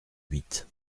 huit